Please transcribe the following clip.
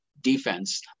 defense